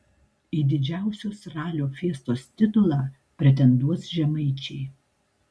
į didžiausios ralio fiestos titulą pretenduos žemaičiai